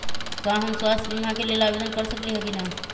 का हम स्वास्थ्य बीमा के लेल आवेदन कर सकली ह की न?